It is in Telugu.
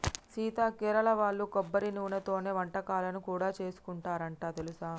సీత కేరళ వాళ్ళు కొబ్బరి నూనెతోనే వంటకాలను కూడా సేసుకుంటారంట తెలుసా